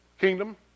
kingdom